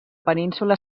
península